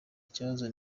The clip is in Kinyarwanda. kibazo